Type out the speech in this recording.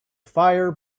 fire